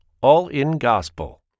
all-in-gospel